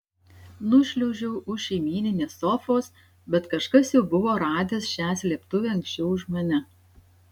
nušliaužiau už šeimyninės sofos bet kažkas jau buvo radęs šią slėptuvę anksčiau už mane